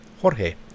Jorge